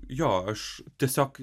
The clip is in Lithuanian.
jo aš tiesiog